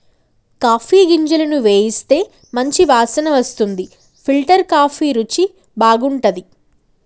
coffee గింజలను వేయిస్తే మంచి వాసన వస్తుంది ఫిల్టర్ కాఫీ రుచి బాగుంటది